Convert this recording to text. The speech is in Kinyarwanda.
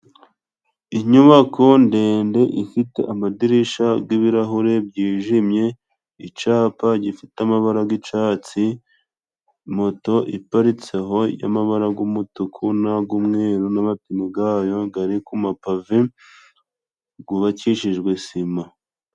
Inyubako ndende ifite amadirisha g'iribirahure byijimye icapa gifite amabati g'icatsi, moto iparitse aho y'amabara g'umutuku nag'umweru n'amapine bayiriste ku mapave gubakishijwe sima.